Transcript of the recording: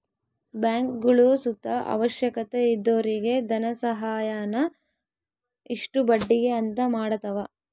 ಬ್ಯಾಂಕ್ಗುಳು ಸುತ ಅವಶ್ಯಕತೆ ಇದ್ದೊರಿಗೆ ಧನಸಹಾಯಾನ ಇಷ್ಟು ಬಡ್ಡಿಗೆ ಅಂತ ಮಾಡತವ